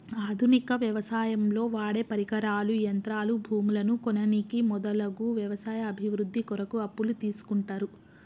ఆధునిక వ్యవసాయంలో వాడేపరికరాలు, యంత్రాలు, భూములను కొననీకి మొదలగు వ్యవసాయ అభివృద్ధి కొరకు అప్పులు తీస్కుంటరు